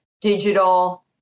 digital